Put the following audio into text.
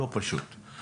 לא פשוט,